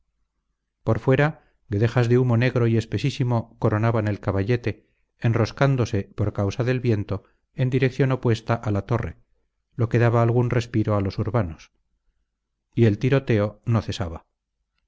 por fuera guedejas de humo negro y espesísimo coronaban el caballete enroscándose por causa del viento en dirección opuesta a la torre lo que daba algún respiro a los urbanos y el tiroteo no cesaba